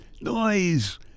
noise